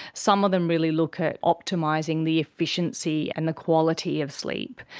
some of them really look at optimising the efficiency and the quality of sleep.